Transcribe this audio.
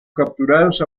capturados